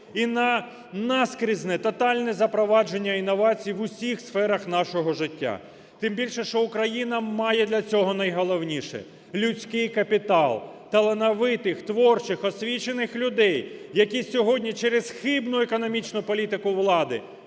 і на наскрізне тотальне запровадження інновацій в усіх сферах нашого життя. Тим більше, що Україна має для цього найголовніше – людський капітал: талановитих, творчих, освічених людей, які сьогодні через хибну економічну політику влади